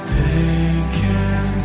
taken